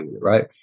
right